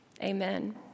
Amen